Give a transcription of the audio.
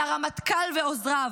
לרמטכ"ל ועוזריו,